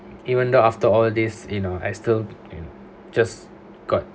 even though after all this you know I still just got